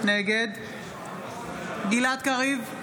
נגד גלעד קריב,